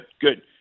good